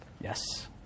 Yes